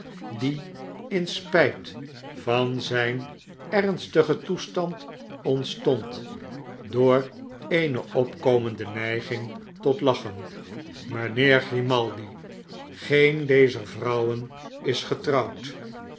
die in spjjt van zijn ernstigen toestand ontstond door eene opkomende neiging tot lachen mijnheer grimaldi geen dezer vrouwen is getrouwd